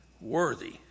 worthy